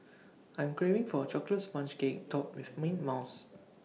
I'm craving for A Chocolate Sponge Cake Topped with mint mouth